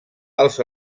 els